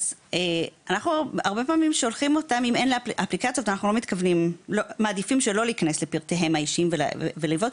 ואם אין להם אפליקציות אנחנו מעדיפים לא להיכנס לפרטיהם האישים ולראות,